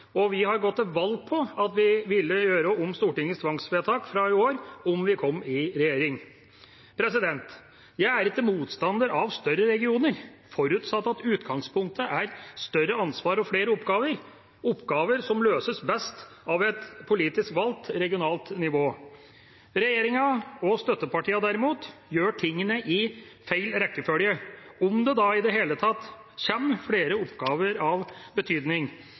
og vi har gått til valg på at vi ville gjøre om Stortingets tvangsvedtak fra i vår om vi kom i regjering. Jeg er ikke motstander av større regioner, forutsatt at utgangspunktet er større ansvar og flere oppgaver – oppgaver som løses best av et politisk valgt regionalt nivå. Regjeringa og støttepartiene, derimot, gjør tingene i feil rekkefølge, om det da i det hele tatt kommer flere oppgaver av betydning,